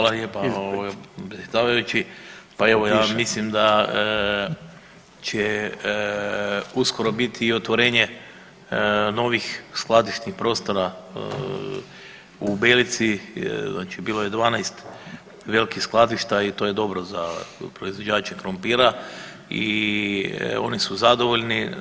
Hvala lijepa predsjedavajući, pa evo ja mislim da će uskoro biti i otvorenje novih skladišnih prostora u Belici, znači bilo je 12 velikih skladišta i to je dobro za proizvođače krumpira i oni su zadovoljni.